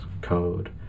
code